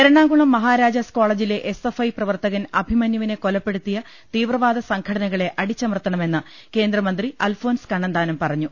എറണാകുളം മഹാരാജാസ് കോളെജിലെ S F I പ്രവർത്തകൻ അഭിമന്യുവിനെ കൊലപ്പെടുത്തിയ തീവ്രവാദ സംഘടനകളെ അടിച്ചമർത്തണമെന്ന് കേന്ദ്രമന്ത്രി അൽഫോൺസ് കണ്ണന്താനം പറഞ്ഞു